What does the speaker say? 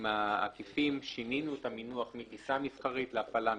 העקיפים שינינו את המינוח מ"טיסה מסחרית" ל"הפעלה מסחרית".